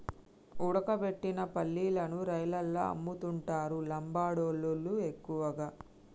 ఉడకబెట్టిన పల్లీలను రైలల్ల అమ్ముతుంటరు లంబాడోళ్ళళ్లు ఎక్కువగా